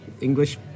English